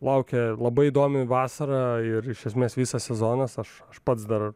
laukia labai įdomi vasara ir iš esmės visas sezonas aš aš pats dar